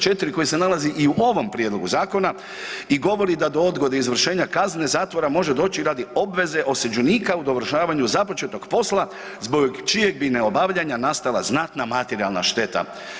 4 koji se nalazi i u ovom prijedlogu zakona i govori da do odgode izvršenja kazne zatvora može doći radi obveze osuđenika u dovršavanju započetog posla zbog čijeg bi neobavljanja nastala znatna materijalna šteta.